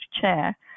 chair